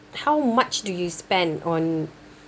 how much do you spend on